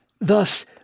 Thus